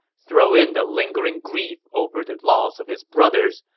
throw in the lingering grief over the loss of his brothers,